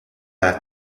las